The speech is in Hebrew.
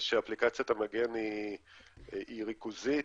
-- ושאפליקציית המגן היא ריכוזית.